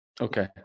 Okay